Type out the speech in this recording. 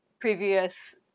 previous